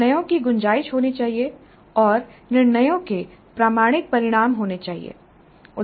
निर्णयों की गुंजाइश होनी चाहिए और निर्णयों के प्रामाणिक परिणाम होने चाहिए